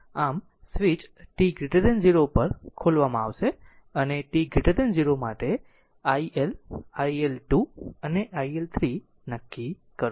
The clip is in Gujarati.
આમ સ્વીચ t 0 પર ખોલવામાં આવશે અને t 0 માટે iL1 iL2 અને I L3 નક્કી કરો